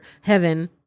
heaven